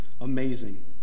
amazing